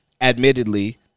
admittedly